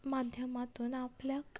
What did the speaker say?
माध्यमातून आपल्याक